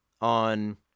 on